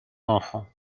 d’enfants